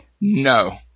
No